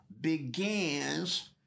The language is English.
begins